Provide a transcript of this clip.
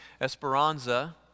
Esperanza